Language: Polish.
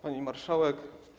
Pani Marszałek!